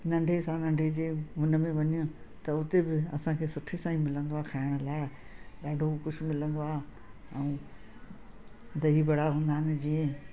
नंढे सां नंढे जीअं हुनमें वञ त उते बि असांखे सुठी सां ई मिलंदो आहे खाइण लाइ ॾाढो कुझु मिलंदो आहे ऐं दही बड़ा हूंदा आहिनि जीअं